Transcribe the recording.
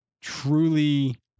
truly